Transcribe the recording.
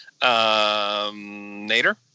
Nader